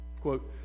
Quote